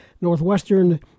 Northwestern